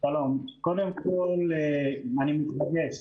קודם כול, אני מתרגש.